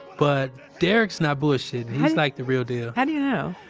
but derrick's not bullshitting. he's like the real deal how do you know?